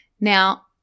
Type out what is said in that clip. Now